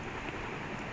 ya